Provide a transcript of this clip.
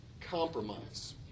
compromise